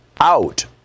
out—